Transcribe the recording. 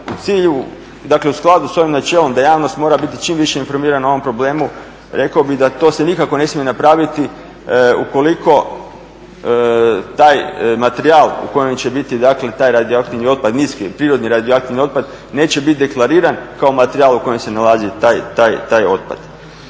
u skladu s ovim načelom da javnost mora biti čim više informirana u ovom problemu rekao bih da to se nikako ne smije napraviti ukoliko taj materijal u kojem će biti taj radioaktivni otpad, niski prirodni radioaktivni otpad neće biti deklariran kao materijal u kojem se nalazi taj otpad.